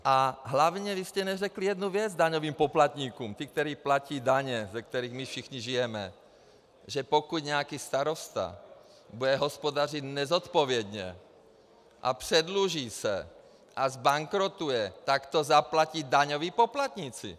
A hlavně jste neřekli daňovým poplatníkům jednu věc, kteří platí daně, ze kterých my všichni žijeme, že pokud nějaký starosta bude hospodařit nezodpovědně a předluží se a zbankrotuje, tak to zaplatí daňoví poplatníci.